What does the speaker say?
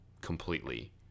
completely